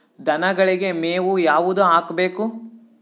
ದನಗಳಿಗೆ ಮೇವು ಯಾವುದು ಹಾಕ್ಬೇಕು?